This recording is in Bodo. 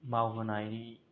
मावहोनाय